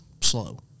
slow